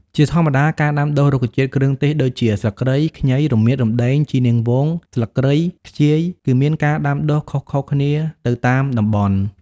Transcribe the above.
ជាធម្មតាការដាំដុះរុក្ខជាតិគ្រឿងទេសដូចជា ស្លឹកគ្រៃ ខ្ញី រមៀត រំដេង ជីរនាងវង ស្លឹកគ្រៃ ខ្ជាយ គឺមានការដាំដុះខុសៗគ្នាទៅតាមតំបន់។